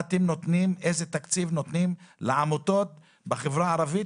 איזה תקציב ב-2021 נותנים לעמותות בחברה הערבית